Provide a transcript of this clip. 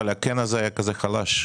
אבל הכן הזה היה כזה חלש.